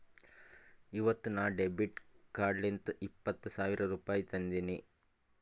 ಇವತ್ ನಾ ಡೆಬಿಟ್ ಕಾರ್ಡ್ಲಿಂತ್ ಇಪ್ಪತ್ ಸಾವಿರ ರುಪಾಯಿ ತಂದಿನಿ